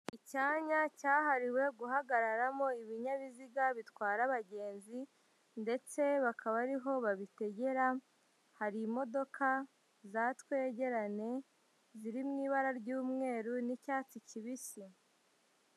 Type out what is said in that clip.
Icyanya cyahariwe guhagararamo ibinyabiziga bitwara abagenzi ndetse bakaba ariho babitegera, hari imodoka za twegerane, ziri mu ibara ry'umweru n'icyatsi kibisi.